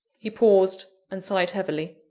he paused, and sighed heavily.